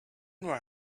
were